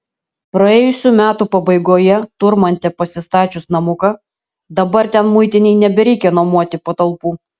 praėjusių metų pabaigoje turmante pasistačius namuką dabar ten muitinei nebereikia nuomoti patalpų